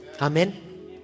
Amen